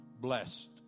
Blessed